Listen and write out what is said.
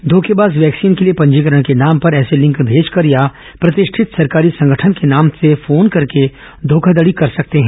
धोखेबाज वैक्सीन के लिए पंजीकरण के नाम पर ऐसे लिंक भेजकर या प्रतिष्ठित सरकारी संगठन के नाम से फोन कर के धोखाधडी कर सकते हैं